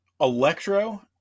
Electro